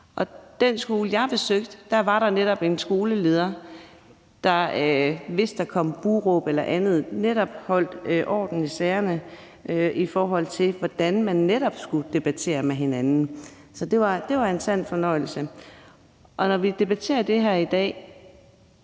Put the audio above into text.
På den skole, jeg besøgte, var der netop en skoleleder, der, hvis der kom buhråb eller andet, holdt orden i sagerne, i forhold til hvordan man skulle debattere med hinanden, så det var en sand fornøjelse. Når vi debatterer det her i dag,